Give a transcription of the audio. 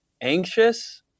anxious